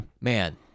Man